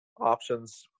options